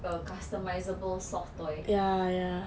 a customisable soft toy